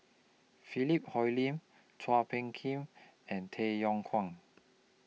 Philip Hoalim Chua Phung Kim and Tay Yong Kwang